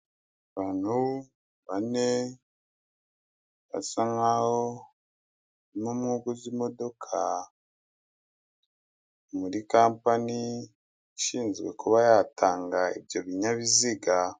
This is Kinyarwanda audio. Abantu bane basa nk'aho uno umwe uguze imodoka, muri kampani ishinzwe kuba yatanga ibyo binyabiziga.